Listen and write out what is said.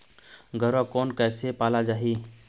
गरवा कोन कइसे पाला जाही?